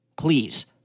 please